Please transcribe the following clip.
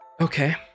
Okay